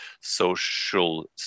social